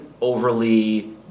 overly